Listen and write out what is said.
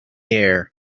air